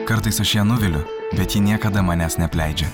kartais aš ją nuviliu bet ji niekada manęs neapleidžia